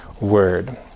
word